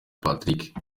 patrick